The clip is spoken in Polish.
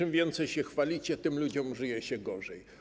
Im więcej się chwalicie, tym ludziom żyje się gorzej.